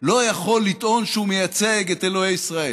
לא יכול לטעון שהוא מייצג את אלוהי ישראל,